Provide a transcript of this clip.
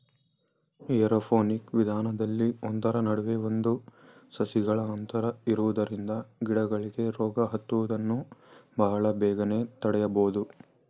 aeroponic ವಿಧಾನದಲ್ಲಿ ಒಂದರ ನಡುವೆ ಒಂದು ಸಸಿಗಳ ಅಂತರ ಇರುವುದರಿಂದ ಗಿಡಗಳಿಗೆ ರೋಗ ಹತ್ತುವುದನ್ನು ಬಹಳ ಬೇಗನೆ ತಡೆಯಬೋದು